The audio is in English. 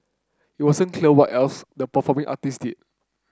it wasn't clear what else the performing artists did